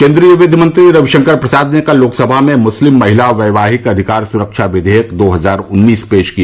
केन्द्रीय विधि मंत्री रविशंकर प्रसाद ने कल लोकसभा में मुस्लिम महिला वैवाहिक अधिकार सुरक्षा विवेयक दो हजार उन्नीस पेश किया